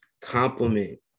compliment